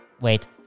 wait